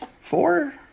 Four